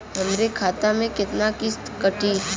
हमरे खाता से कितना किस्त कटी?